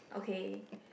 okay